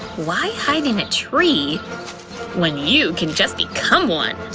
why hide in a tree when you can just become one?